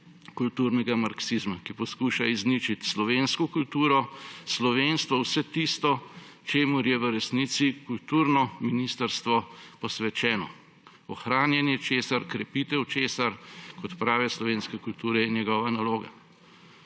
kulturnega marksizma, ki poskuša izničiti slovensko kulturo, slovenstvo, vse tisto, čemur je v resnici kulturno ministrstvo posvečeno, ohranjanje česar, krepitev česar kot prave slovenske kulture je njegova naloga.